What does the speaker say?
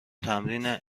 تمرین